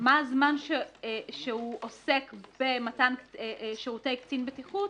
מה הזמן שהוא עוסק במתן שירותי קצין בטיחות,